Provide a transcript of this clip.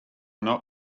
not